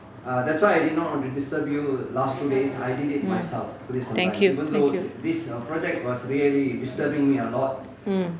mm thank you thank you mm